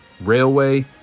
Railway